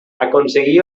aconseguí